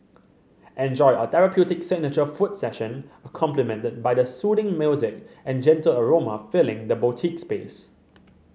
enjoy a therapeutic signature foot session complimented by the soothing music and gentle aroma filling the boutique space